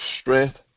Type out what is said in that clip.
strength